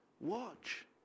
Watch